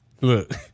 Look